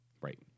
Right